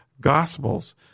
Gospels